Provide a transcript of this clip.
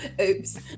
Oops